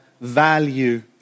value